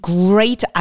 great